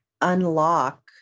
unlock